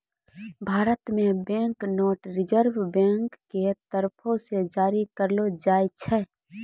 भारत मे bank note reserve bank के तरफो से जारी करलो जाय छै